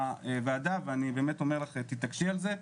הוועדה ואני באמת אומר לך שתתעקשי על זה,